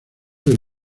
del